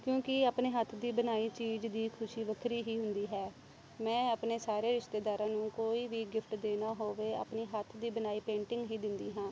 ਕਿਉਂਕਿ ਆਪਣੇ ਹੱਥ ਦੀ ਬਣਾਈ ਚੀਜ਼ ਦੀ ਖੁਸ਼ੀ ਵੱਖਰੀ ਹੀ ਹੁੰਦੀ ਹੈ ਮੈਂ ਆਪਣੇ ਸਾਰੇ ਰਿਸ਼ਤੇਦਾਰਾਂ ਨੂੰ ਕੋਈ ਵੀ ਗਿਫਟ ਦੇਣਾ ਹੋਵੇ ਆਪਣੀ ਹੱਥ ਦੀ ਬਣਾਈ ਪੇਂਟਿੰਗ ਹੀ ਦਿੰਦੀ ਹਾਂ